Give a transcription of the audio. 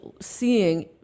seeing